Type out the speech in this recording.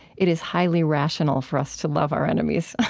it is highly rational for us to love our enemies.